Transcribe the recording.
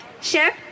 chef